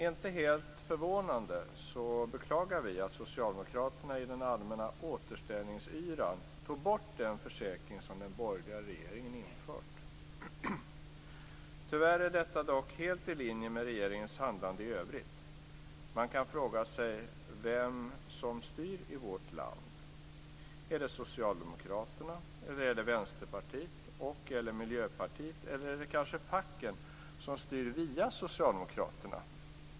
Inte helt förvånande beklagar vi att socialdemokraterna i den allmänna "återställningsyran" tog bort den försäkring som den borgerliga regeringen infört. Tyvärr är detta dock helt i linje med regeringens handlande i övrigt. Man kan fråga sig vem som styr i vårt land. Är det Socialdemokraterna, är det Vänsterpartiet och/eller Miljöpartiet eller är det kanske facken som styr via Socialdemokraterna?